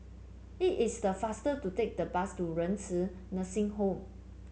it is faster to take the bus to Renci Nursing Home